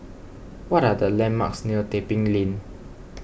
what are the landmarks near Tebing Lane